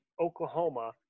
Oklahoma